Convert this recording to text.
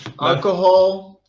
alcohol